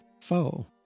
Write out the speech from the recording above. foe